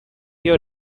your